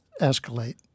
escalate